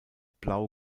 blau